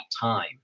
time